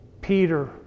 peter